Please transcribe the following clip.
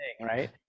right